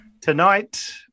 Tonight